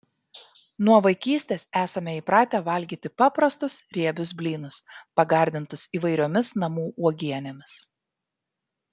nuo vaikystės esame įpratę valgyti paprastus riebius blynus pagardintus įvairiomis namų uogienėmis